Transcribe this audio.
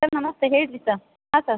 sir ನಮಸ್ತೆ ಹೇಳಿರಿ sir ಹಾಂ ಸ